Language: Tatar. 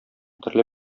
төрле